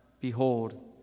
behold